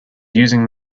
using